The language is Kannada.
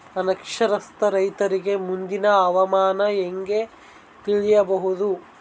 ಅನಕ್ಷರಸ್ಥ ರೈತರಿಗೆ ಮುಂದಿನ ಹವಾಮಾನ ಹೆಂಗೆ ತಿಳಿಯಬಹುದು?